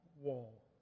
wall